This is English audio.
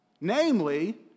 namely